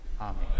Amen